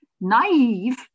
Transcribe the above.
naive